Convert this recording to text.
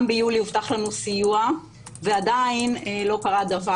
גם ביולי הובטח לנו סיוע, ועדיין לא קרה דבר.